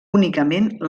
únicament